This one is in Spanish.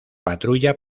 patrulla